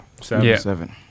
Seven